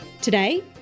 Today